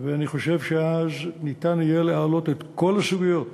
ואני חושב שאז ניתן יהיה להעלות את כל הסוגיות